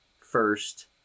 first